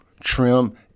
trim